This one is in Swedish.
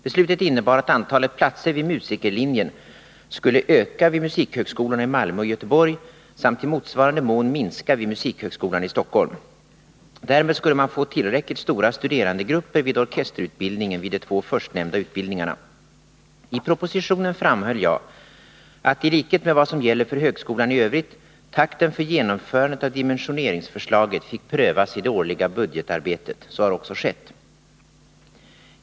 Beslutet innebar att antalet platser vid musikerlinjen skulle öka vid musikhögskolorna i Malmö och Göteborg samt i motsvarande mån minska vid musikhögskolan i Stockholm. Därmed skulle man få tillräckligt stora studerandegrupper vid orkesterutbildningen vid de två förstnämnda utbildningarna. 3 I propositionen framhöll jag att — i likhet med vad som gäller för högskolan i övrigt — takten för genomförandet av dimensioneringsförslaget fick prövas i det årliga budgetarbetet. Så har också skett.